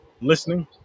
listening